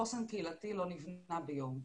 חוסן קהילתי לא נבנה ביום,